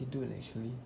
they do actually